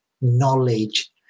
knowledge